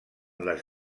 les